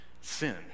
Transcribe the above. sin